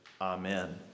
amen